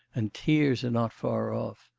and tears are not far off.